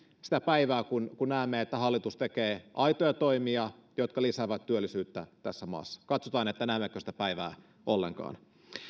sitä päivää kun kun näemme että hallitus tekee aitoja toimia jotka lisäävät työllisyyttä tässä maassa katsotaan näemmekö sitä päivää ollenkaan